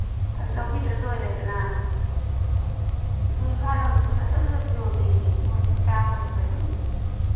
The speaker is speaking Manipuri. ꯂꯧꯕꯤꯗ꯭ꯔ ꯂꯣꯏꯔꯦꯗꯅ ꯑꯁꯣꯝ ꯏꯝꯐꯥꯜꯂꯣꯝꯗꯁꯨ ꯐꯖ ꯐꯖꯕ ꯌꯣꯜꯂꯤ ꯃꯣꯏ ꯇꯥꯡꯉꯒ ꯀꯩꯗꯧꯅꯤ